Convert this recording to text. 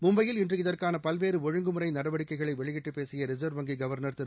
மும்பையில் இன்று இதற்கான பல்வேறு ஒழுங்குமுறை நடவடிக்கைகளை வெளியிட்டு பேசிய ரிசர்வ் வங்கி கவர்னர் திரு